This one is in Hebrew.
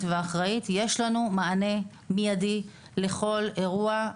ואחראית יש לנו מענה מידי לכל אירוע.